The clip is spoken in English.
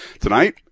Tonight